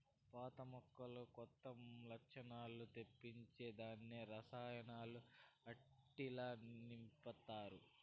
పాత మొక్కలకు కొత్త లచ్చణాలు తెప్పించే దానికి రసాయనాలు ఆట్టిల్ల నింపతారు